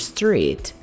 Street